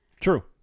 True